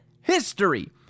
history